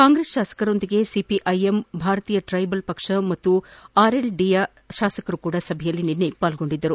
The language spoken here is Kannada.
ಕಾಂಗ್ರೆಸ್ ಶಾಸಕರೊಂದಿಗೆ ಸಿಪಿಐಎಂ ಭಾರತೀಯ ಟ್ರೈಬಲ್ ಪಕ್ಷ ಹಾಗೂ ಆರ್ಎಲ್ಡಿಯ ಶಾಸಕರೂ ಸಭೆಯಲ್ಲಿ ಪಾರ್ಗೊಂಡಿದ್ದರು